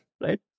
right